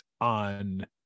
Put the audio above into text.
on